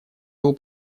был